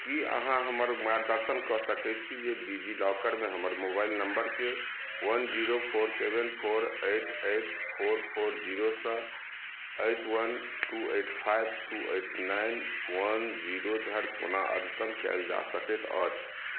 की अहाँ हमर मार्गदर्शन कऽ सकैत छी जे डिजिलॉकरमे हमर मोबाइल नंबरकेँ one zero four seven four eight eight four four zero सँ eight one two eight five two eight nine one zero धरि कोना अद्यतन कयल जा सकैत अछि